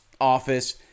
office